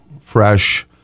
fresh